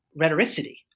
rhetoricity